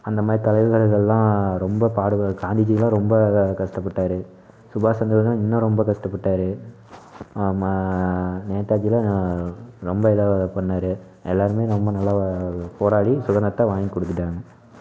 அந்தமாதிரி தலைவர்களை எல்லாம் ரொம்ப பாடுபடு காந்திஜியெல்லாம் ரொம்ப கஷ்டப்பட்டாரு சுபாஷ் சந்திரயெல்லாம் இன்னும் ரொம்ப கஷ்டப்பட்டாரு ஆமாம் நேதாஜியெல்லாம் ரொம்ப இதாகப் பண்ணார் எல்லாேருமே ரொம்ப நல்லா போராடி சுதந்திரத்தை வாங்கிக் கொடுத்திட்டாங்க